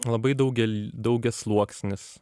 labai daugial daugiasluoksnis